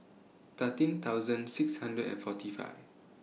thirteen thousand six hundred and forty five